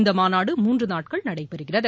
இந்த மாநாடு மூன்று நாட்கள் நடைபெறுகிறது